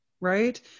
right